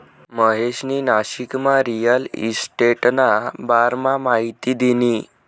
महेशनी नाशिकमा रिअल इशटेटना बारामा माहिती दिनी